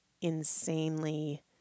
insanely